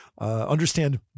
Understand